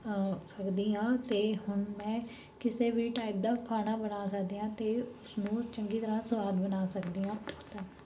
ਸਕਦੀ ਹਾਂ ਅਤੇ ਹੁਣ ਮੈਂ ਕਿਸੇ ਵੀ ਟਾਈਪ ਦਾ ਖਾਣਾ ਬਣਾ ਸਕਦੀ ਹਾਂ ਅਤੇ ਉਸਨੂੰ ਚੰਗੀ ਤਰ੍ਹਾਂ ਸਵਾਦ ਬਣਾ ਸਕਦੀ ਹਾਂ ਧੰਨਵਾਦ